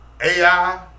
AI